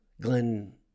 Glenn